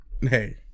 hey